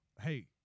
Hey